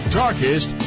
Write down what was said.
darkest